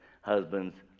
Husbands